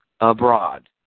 abroad